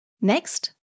Next